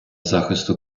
захисту